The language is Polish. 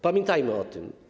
Pamiętajmy o tym.